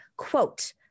quote